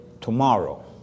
tomorrow